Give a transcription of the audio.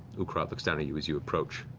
ukurat looks down at you as you approach.